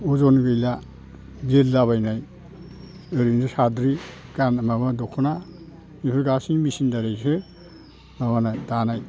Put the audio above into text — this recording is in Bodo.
अजन गैला बिरलाबायनाय ओरैनो साद्रि गान माबा दख'ना बेफोर गासिन मेचिननि दारैसो माबानाय दानाय